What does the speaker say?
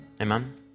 Amen